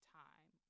time